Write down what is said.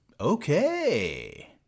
Okay